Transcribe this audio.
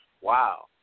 Wow